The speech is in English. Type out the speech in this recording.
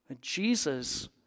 Jesus